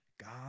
God